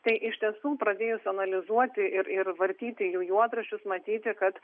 tai iš tiesų pradėjus analizuoti ir ir vartyti jų juodraščius matyti kad